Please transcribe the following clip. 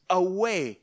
away